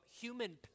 human